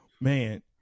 man